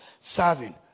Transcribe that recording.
serving